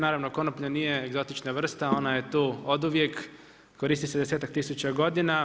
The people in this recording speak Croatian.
Naravno konoplja nije egzotična vrsta, ona je tu oduvijek, koristi se desetak tisuća godina.